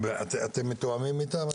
אתם מתואמים אתם?